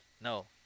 No